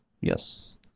Yes